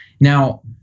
Now